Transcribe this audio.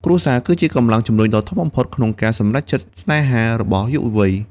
គ្រួសារ គឺជាកម្លាំងជំរុញដ៏ធំបំផុតនៅក្នុងការសម្រេចចិត្តស្នេហារបស់យុវវ័យ។